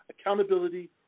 accountability